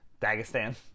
Dagestan